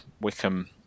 Wickham